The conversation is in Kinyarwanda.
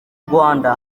rwanda